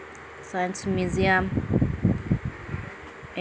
science museum